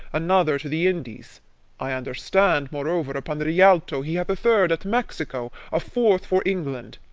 another to the indies i understand, moreover, upon the rialto, he hath a third at mexico, a fourth for england,